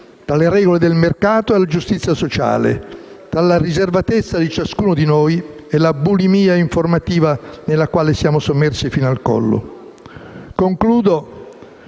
tra le regole del mercato e la giustizia sociale, tra la riservatezza di ciascuno di noi e la bulimia informativa dalla quale siamo sommersi fino al collo. Concludo